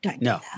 no